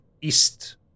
east